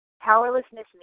Powerlessness